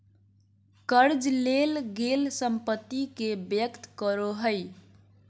कर्ज लेल गेल संपत्ति के व्यक्त करो हइ